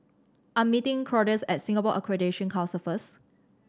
I'm meeting Claudius at Singapore Accreditation Council first